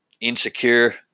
insecure